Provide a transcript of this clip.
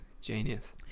Genius